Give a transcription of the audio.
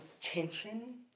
tension